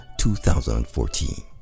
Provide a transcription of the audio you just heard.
2014